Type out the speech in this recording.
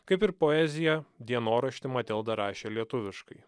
kaip ir poeziją dienoraštį matilda rašė lietuviškai